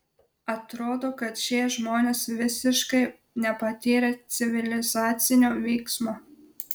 atrodo kad šie žmonės visiškai nepatyrę civilizacinio vyksmo